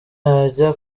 yajya